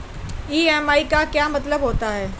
EMI का क्या मतलब होता है?